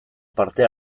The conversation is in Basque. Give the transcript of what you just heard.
parte